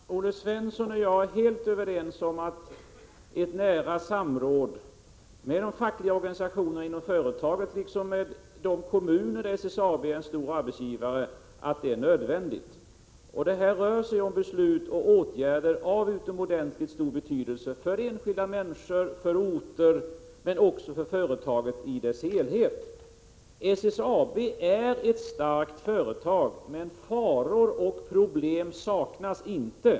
Fru talman! Olle Svensson och jag är helt överens om att ett nära samråd med de fackliga organisationerna inom företaget liksom med de kommuner där SSAB är en stor arbetsgivare är nödvändigt. Det rör sig här om beslut och åtgärder av utomordentligt stor betydelse för enskilda människor, för orter och för företaget i dess helhet. SSAB är ett starkt företag, men faror och problem saknas inte.